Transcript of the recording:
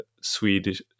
Swedish